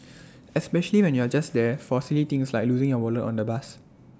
especially when you're just there for silly things like losing your wallet on the bus